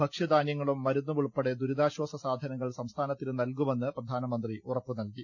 ഭക്ഷ്യധാന്യങ്ങളും മരുന്നുമുൾപ്പെടെ ദുരിതാശ്ചാസ സാധനങ്ങൾ സംസ്ഥാനത്തിന് നൽകുമെന്ന് പ്രധാനമന്ത്രി ഉറപ്പുനൽകി